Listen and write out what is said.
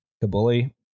Kabuli